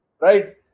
right